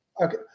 Okay